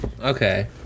okay